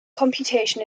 computation